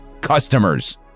Customers